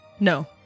No